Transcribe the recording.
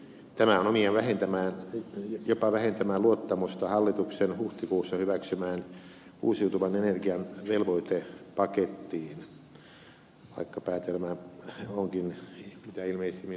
tämä on omiaan jopa vähentämään luottamusta hallituksen huhtikuussa hyväksymään uusiutuvan energian velvoitepakettiin vaikka päätelmä onkin mitä ilmeisimmin väärä niin uskon